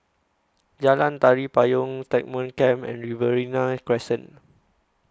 Jalan Tari Payong Stagmont Camp and Riverina Crescent